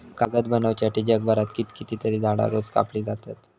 कागद बनवच्यासाठी जगभरात कितकीतरी झाडां रोज कापली जातत